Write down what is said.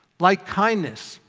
like kindness,